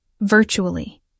Virtually